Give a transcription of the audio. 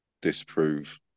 disprove